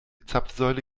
zapfsäule